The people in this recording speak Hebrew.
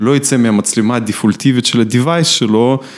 לא יצא מהמצלמה הדפולטיבית של ה-Device שלו.